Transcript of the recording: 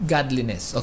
Godliness